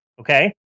Okay